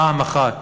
פעם אחת,